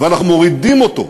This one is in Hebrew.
ואנחנו מורידים אותו,